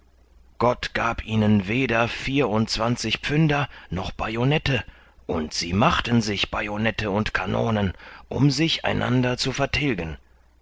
gott gab ihnen weder vierundzwanzig pfünder noch bajonette und sie machten sich bajonette und kanonen um sich einander zu vertilgen